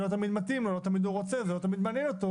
שלא תמיד מתאימה ולא תמיד הוא רוצה או לא תמיד זה מעניין אותו